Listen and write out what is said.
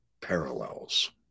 parallels